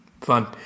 Fun